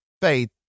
Faith